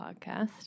podcast